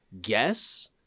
guess